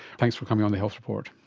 thanks for coming on the health report.